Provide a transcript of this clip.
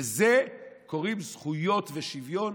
לזה קוראים זכויות ושוויון?